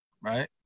right